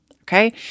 Okay